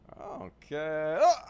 okay